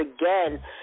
again